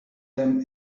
them